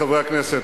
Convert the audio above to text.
חברי הכנסת,